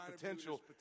potential